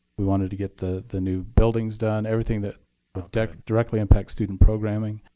we wanted to get the the new buildings done. everything that directly impacts student programming,